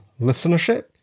listenership